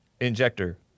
Injector